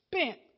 spent